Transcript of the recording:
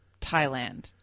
Thailand